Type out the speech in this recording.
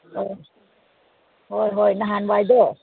ꯍꯣꯏ ꯍꯣꯏ ꯍꯣꯏ ꯅꯍꯥꯟꯋꯥꯏꯗꯣ